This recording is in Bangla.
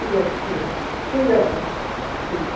ঠিক আছে ঠিক আছে ঠিক আছে ঠিক